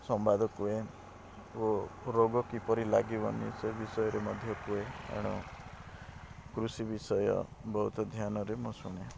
ସମ୍ବାଦ କୁହେ ଓ ରୋଗ କିପରି ଲାଗିବନି ସେ ବିଷୟରେ ମଧ୍ୟ କୁହେ କାରଣ କୃଷି ବିଷୟ ବହୁତ ଧ୍ୟାନରେ ମୁଁ ଶୁଣେ